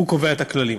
הוא קובע את הכללים.